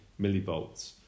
millivolts